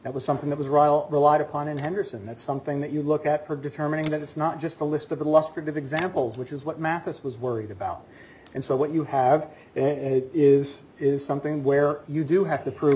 that was something that was royal relied upon in henderson that's something that you look at for determining that it's not just a list of illustrative examples which is what mathis was worried about and so what you have is is something where you do have to prove